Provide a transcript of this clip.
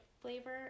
flavor